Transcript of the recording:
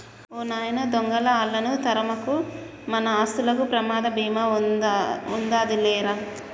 ఓ నాయన దొంగలా ఆళ్ళను తరమకు, మన ఆస్తులకు ప్రమాద భీమా ఉందాది లేరా